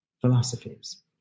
philosophies